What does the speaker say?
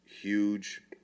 huge